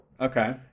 Okay